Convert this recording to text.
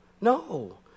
no